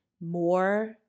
more